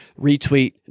retweet